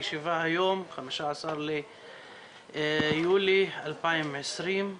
היום 15 ביולי 2020,